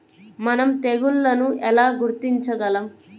మనం తెగుళ్లను ఎలా గుర్తించగలం?